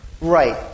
Right